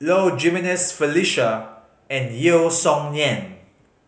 Low Jimenez Felicia and Yeo Song Nian